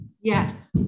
Yes